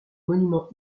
monument